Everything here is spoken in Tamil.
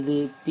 இது பி